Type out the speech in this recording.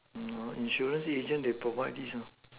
insurance agent they provide this